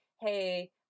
Hey